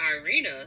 Irina